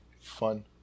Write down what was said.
Fun